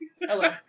Hello